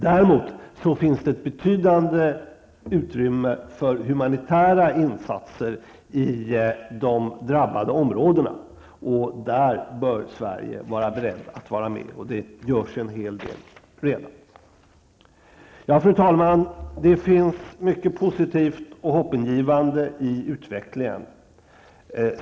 Däremot finns ett betydande utrymme för humanitära insatser i de drabbade områdena, och där bör Sverige vara berett att delta. Det görs också redan en hel del. Fru talman! Det finns mycket positivt och hoppingivande i utvecklingen.